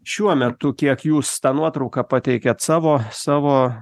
šiuo metu kiek jūs tą nuotrauką pateikiat savo savo